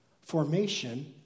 Formation